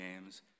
games